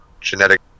genetic